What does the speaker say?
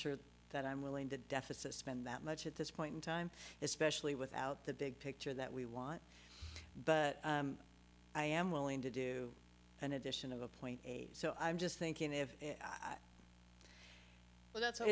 sure that i'm willing to deficit spend that much at this point in time especially without the big picture that we want but i am willing to do an addition of a point so i'm just thinking if i well that's